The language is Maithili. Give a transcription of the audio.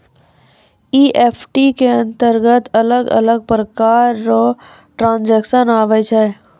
ई.एफ.टी के अंतरगत अलग अलग प्रकार रो ट्रांजेक्शन आवै छै